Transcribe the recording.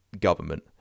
government